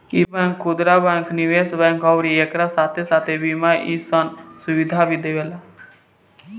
इ बैंक खुदरा बैंक, निवेश बैंक अउरी एकरा साथे साथे बीमा जइसन सुविधा भी देवेला